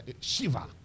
Shiva